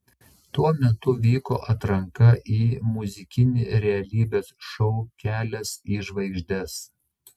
tuo metu vyko atranka į muzikinį realybės šou kelias į žvaigždes